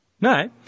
No